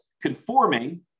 conforming